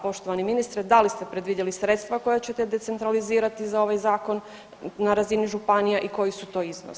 Poštovani ministre da li ste predvidjeli sredstva koja ćete decentralizirati za ovaj zakon na razini županija i koji su to iznosi?